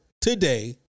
today